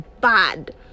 bad